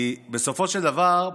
כי בסופו של דבר,